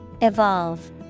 Evolve